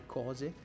cose